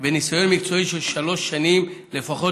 וניסיון מקצועי של שלוש שנים לפחות